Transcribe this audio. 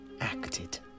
acted